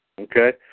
Okay